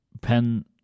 pen